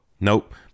Nope